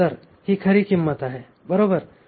तर ही खरी किंमत आहे बरोबर